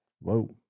whoa